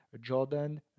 Jordan